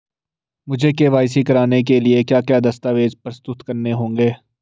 मुझे के.वाई.सी कराने के लिए क्या क्या दस्तावेज़ प्रस्तुत करने होंगे?